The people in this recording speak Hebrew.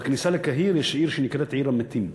בכניסה לקהיר יש עיר שנקראת עיר המתים.